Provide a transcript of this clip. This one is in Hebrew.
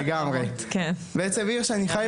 בעצם עיר שיש